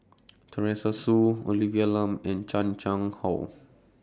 Teresa Hsu Olivia Lum and Chan Chang How